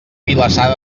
vilassar